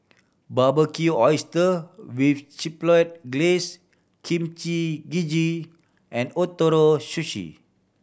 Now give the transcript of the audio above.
Barbecue Oyster with Chipotle Glaze Kimchi Jjigae and Ootoro Sushi